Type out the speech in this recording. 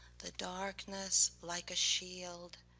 the darkness, like a shield.